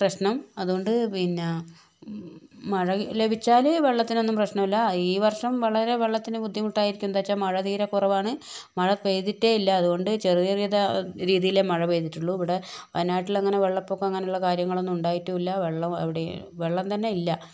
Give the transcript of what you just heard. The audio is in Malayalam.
പ്രശ്നം അതുകൊണ്ട് പിന്നെ മഴ ലഭിച്ചാൽ വെള്ളത്തിനൊന്നും പ്രശ്നമില്ല ഈ വർഷം വളരെ വെള്ളത്തിന് ബുദ്ധിമുട്ടായിരിക്കും എന്താണെന്നു വച്ചാൽ മഴ തീരെ കുറവാണ് മഴ പെയ്തിട്ടേയില്ല അതുകൊണ്ട് ചെറിയ ചെറിയ രീതിയിൽ മഴ പെയ്തിട്ടുള്ളു ഇവിടെ വയനാട്ടിലങ്ങനെ വെള്ളപ്പൊക്കം അങ്ങനെയുള്ള കാര്യങ്ങളൊന്നും ഉണ്ടായിട്ടില്ല വെള്ളം എവിടെയും വെള്ളം തന്നെയില്ല